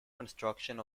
construction